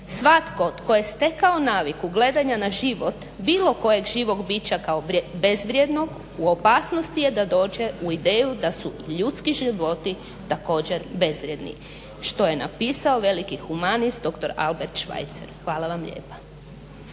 Svatko tko je stekao naviku gledanja na život bilo kojeg živog bića kao bezvrijednog u opasnosti je da dođe u ideju da su ljudski životi također bezvrijedni što je napisao veliki humanist doktor Albert Schweitzer. Hvala vam lijepa.